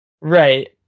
right